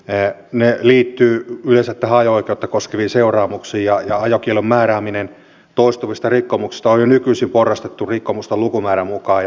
ne liittyvät yleensä ajo oikeutta koskeviin seuraamuksiin ja ajokiellon määrääminen toistuvista rikkomuksista on jo nykyisin porrastettu rikkomusten lukumäärän mukaan